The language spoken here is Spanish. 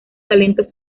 talento